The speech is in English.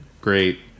great